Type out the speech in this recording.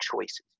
choices